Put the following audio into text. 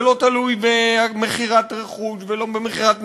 זה לא תלוי במכירת רכוש ולא במכירת נדל"ן,